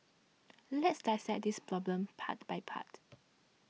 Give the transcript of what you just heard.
let's dissect this problem part by part